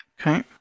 Okay